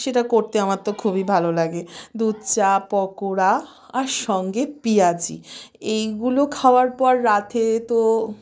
সেটা করতে আমার তো খুবই ভালো লাগে দুধ চা পকোড়া আর সঙ্গে পিঁয়াজি এইগুলো খাবার পর রাতে তো